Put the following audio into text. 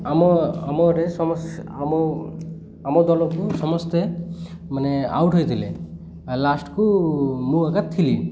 ଆମ ଆମରେ ସମ ଆମ ଆମ ଦଳକୁ ସମସ୍ତେ ମାନେ ଆଉଟ୍ ହୋଇଥିଲେ ଲାଷ୍ଟକୁ ମୁଁ ଏକା ଥିଲି